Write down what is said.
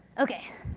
okay.